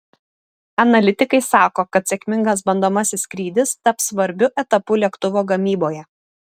analitikai sako kad sėkmingas bandomasis skrydis taps svarbiu etapu lėktuvo gamyboje